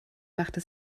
machte